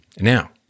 Now